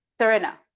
Serena